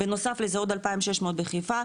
בנוסף לזה עוד 2,600 בחיפה,